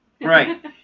Right